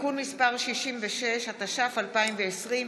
(תיקון מס' 66), התש"ף 2020,